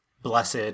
Blessed